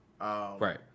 Right